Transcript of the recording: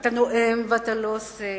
אתה נואם ולא עושה,